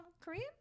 Korean